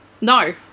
No